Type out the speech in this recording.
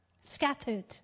scattered